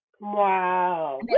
Wow